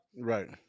right